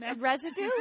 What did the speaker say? residue